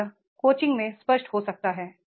और यह कि कोचिंग में स्पष्ट हो सकता है